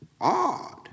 odd